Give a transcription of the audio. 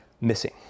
missing